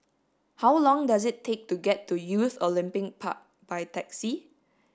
how long does it take to get to Youth Olympic Park by taxi